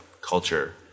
culture